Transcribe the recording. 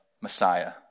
Messiah